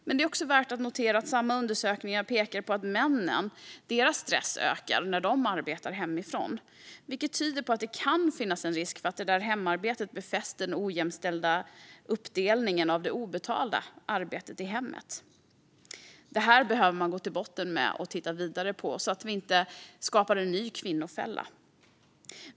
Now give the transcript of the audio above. Men värt att notera visar undersökningar också att bland män ökar stressen när de jobbar hemifrån, vilket tyder på att det kan finnas en risk för att hemarbetet befäster den ojämställda uppdelningen av det obetalda arbetet i hemmet. Detta behöver man gå till botten med och titta vidare på så att vi inte skapar en ny kvinnofälla.